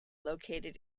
located